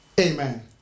Amen